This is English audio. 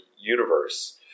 universe